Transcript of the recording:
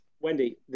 Wendy